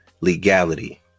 legality